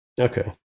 Okay